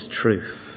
truth